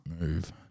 move